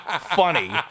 funny